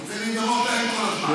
אתה רוצה להידמות אליהם כל הזמן.